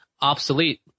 obsolete